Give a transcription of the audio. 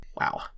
Wow